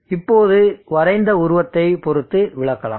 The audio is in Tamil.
இப்போது வரைந்த உருவத்தைப் பொறுத்து விளக்கலாம்